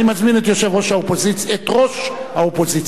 אני מזמין את ראש האופוזיציה,